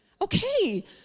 Okay